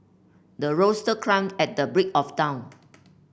the rooster crowd at the break of dawn